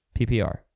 PPR